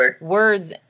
Words